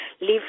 leave